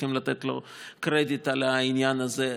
צריכים לתת לו קרדיט על העניין הזה,